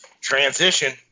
transition